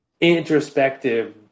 introspective